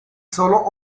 sólo